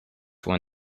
when